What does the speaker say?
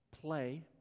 Play